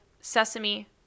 sesame